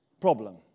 problem